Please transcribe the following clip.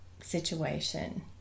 situation